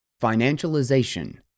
Financialization